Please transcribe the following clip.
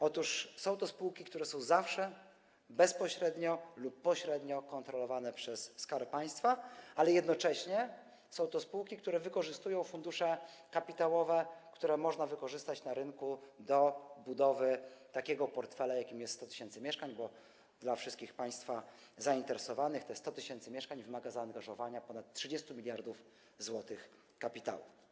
Otóż są to spółki, które są zawsze bezpośrednio lub pośrednio kontrolowane przez Skarb Państwa, ale jednocześnie są to spółki, które wykorzystują fundusze kapitałowe, które można wykorzystać na rynku do budowy takiego portfela, jakim jest 100 tys. mieszkań, bo wszystkim państwu zainteresowanym powiem, że te 100 tys. mieszkań wymaga zaangażowania ponad 30 mld zł kapitału.